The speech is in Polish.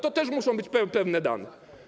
Tu też muszą być pełne dane.